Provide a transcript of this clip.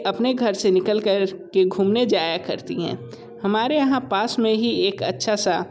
अपने घर से निकाल कर के घूमने जाया करती हैं हमारे यहाँ पास में ही एक अच्छा सा